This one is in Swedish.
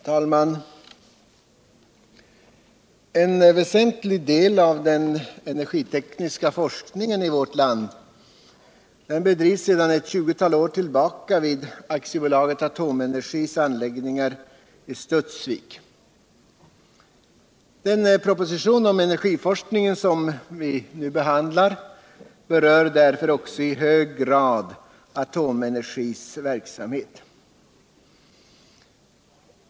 Herr talman! En väsentlig del av den energitek niska forskningen i vårt land bedrivs sedan ett 20-tal år tillbaka vid AB Atomencergis anläggningar i Studsvik. Den proposition om energiforskningen som vi nu behandlar berör därför också i hög grad Atomenergis verksamhet.